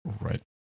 right